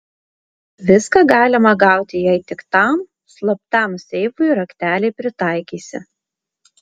viską galima gauti jeigu tik tam slaptam seifui raktelį pritaikysi